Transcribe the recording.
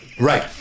Right